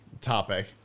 topic